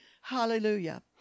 Hallelujah